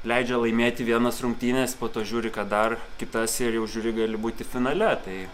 leidžia laimėti vienas rungtynes po to žiūri kad dar kitas ir jau žiūri gali būti finale tai